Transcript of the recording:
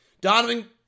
Donovan